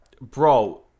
Bro